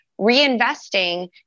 reinvesting